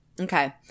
Okay